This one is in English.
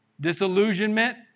Disillusionment